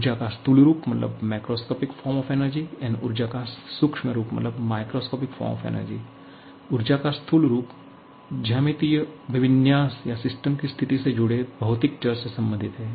ऊर्जा का स्थूल रूप ऊर्जा का सूक्ष्म रूप ऊर्जा का स्थूल रूप ज्यामितीय अभिविन्यास या सिस्टम की स्थिति से जुड़े भौतिक चर से संबंधित है